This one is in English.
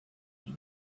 him